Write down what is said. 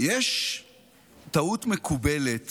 יש טעות מקובלת